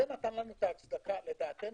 זה נתן לנו את ההצדקה לדעתנו,